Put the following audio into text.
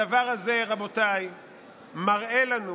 הדבר הזה, רבותיי, מראה לנו